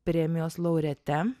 premijos laureate